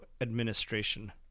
administration